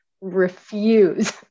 refuse